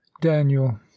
daniel